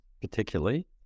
particularly